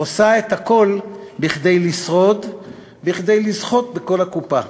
עושה את הכול כדי לשרוד, כדי לזכות בכל הקופה.